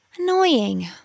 Annoying